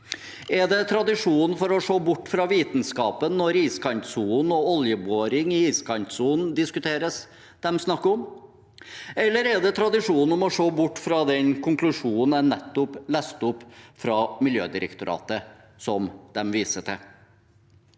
Er det tradisjonen for å se bort fra vitenskapen når iskantsonen og oljeboring i iskantsonen diskuteres, de snakker om? Eller er det tradisjonen med å se bort fra den konklusjonen jeg nettopp leste opp fra Miljødirektoratet, de viser til?